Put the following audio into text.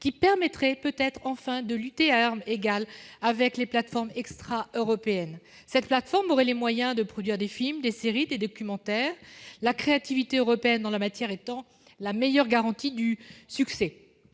Cela permettrait peut-être de lutter enfin à armes égales avec les plateformes extraeuropéennes. Un tel outil aurait les moyens de produire des films, des séries et des documentaires, la créativité en la matière étant la meilleure garantie du succès.